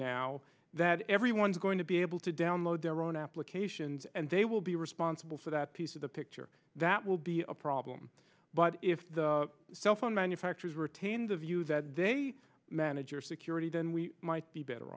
now that everyone's going to be able to download their own applications and they will be responsible for that piece of the picture that will be a problem but if the cellphone manufacturers retain the view that they manage your security then we might be better